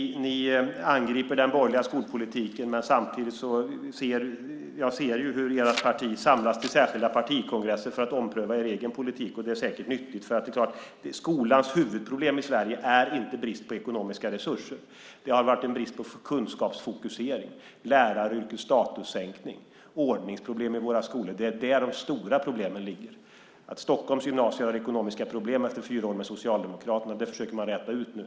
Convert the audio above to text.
Ni angriper den borgerliga skolpolitiken men jag ser ju samtidigt hur ert parti samlas till extra partikongresser för att ni ska ompröva er egen politik. Det är säkert nyttigt, för skolans huvudproblem i Sverige är inte brist på ekonomiska resurser. Det har varit en brist på kunskapsfokusering. Det har varit läraryrkets statussänkning. Det har varit ordningsproblem i våra skolor. Det är där de stora problemen ligger. Stockholms gymnasier har ekonomiska problem efter fyra år med Socialdemokraterna. Det försöker man räta ut nu.